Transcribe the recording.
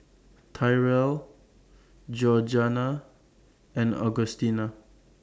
Tyrell Georganna and Augustina